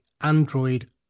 Android